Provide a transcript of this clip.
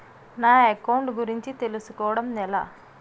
నా అకౌంట్ గురించి తెలుసు కోవడం ఎలా?